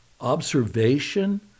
observation